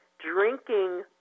Drinking